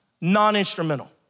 non-instrumental